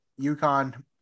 UConn